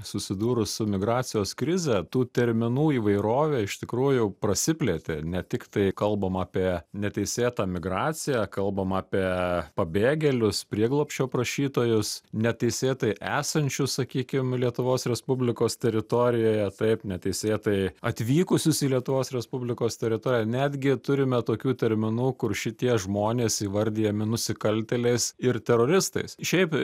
susidūrus su migracijos krize tų terminų įvairovė iš tikrųjų prasiplėtė ne tiktai kalbam apie neteisėtą migraciją kalbama apie pabėgėlius prieglobsčio prašytojus neteisėtai esančius sakykim lietuvos respublikos teritorijoje taip neteisėtai atvykusius į lietuvos respublikos teritoriją netgi turime tokių terminų kur šitie žmonės įvardijami nusikaltėliais ir teroristais šiaip